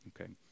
Okay